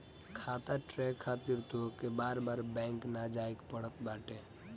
खाता ट्रैक खातिर तोहके बार बार बैंक ना जाए के पड़त बाटे